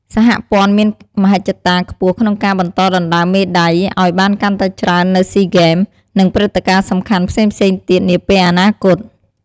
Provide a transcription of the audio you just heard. សហព័ន្ធមានមហិច្ឆតាខ្ពស់ក្នុងការបន្តដណ្ដើមមេដាយឲ្យបានកាន់តែច្រើននៅស៊ីហ្គេម និងព្រឹត្តិការណ៍សំខាន់ផ្សេងៗទៀតនាពេលអនាគត។